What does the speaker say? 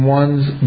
one's